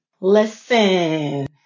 Listen